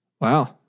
Wow